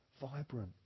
vibrant